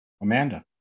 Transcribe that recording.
Amanda